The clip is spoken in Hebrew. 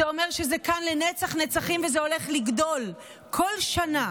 זה אומר שזה כאן לנצח נצחים וזה הולך לגדול כל שנה.